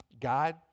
God